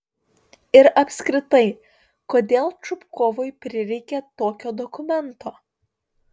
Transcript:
ir apskritai kodėl čupkovui prireikė tokio dokumento